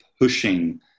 pushing